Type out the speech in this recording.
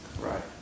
Right